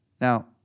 Now